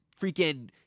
freaking